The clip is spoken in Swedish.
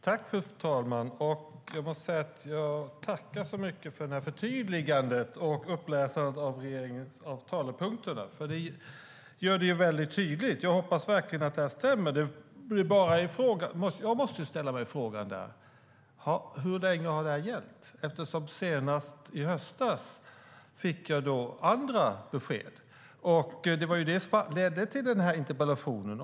Fru talman! Jag tackar så mycket för förtydligandet och uppläsandet av talepunkterna, för det gör det här väldigt tydligt. Jag hoppas verkligen att det här stämmer. Jag måste dock ställa mig frågan: Hur länge har det här gällt? Senast i höstas fick jag andra besked, och det var det som ledde till den här interpellationen.